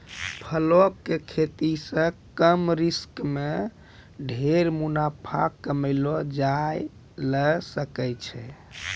फलों के खेती सॅ कम रिस्क मॅ ढेर मुनाफा कमैलो जाय ल सकै छै